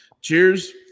Cheers